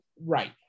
Right